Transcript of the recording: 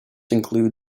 include